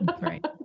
Right